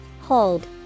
Hold